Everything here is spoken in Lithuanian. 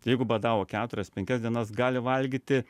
jeigu badavo keturias penkias dienas gali valgyti